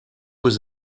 was